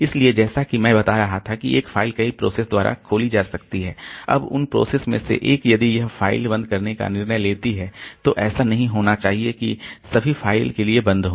इसलिए जैसा कि मैं बता रहा था कि एक फ़ाइल कई प्रोसेस द्वारा खोली जा सकती है अब उन प्रोसेस में से एक यदि यह फ़ाइल बंद करने का निर्णय लेती है तो ऐसा नहीं होना चाहिए कि फ़ाइल सभी के लिए बंद हो